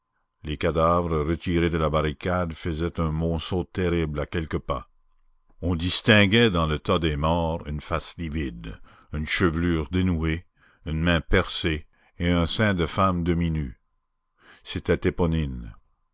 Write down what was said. les cadavres retirés de la barricade faisaient un monceau terrible à quelques pas on distinguait dans le tas des morts une face livide une chevelure dénouée une main percée et un sein de femme demi-nu c'était éponine